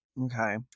Okay